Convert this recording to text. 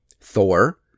Thor